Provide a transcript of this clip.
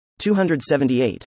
278